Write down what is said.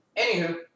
Anywho